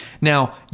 Now